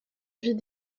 vis